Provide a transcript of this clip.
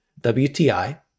WTI